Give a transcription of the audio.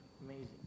amazing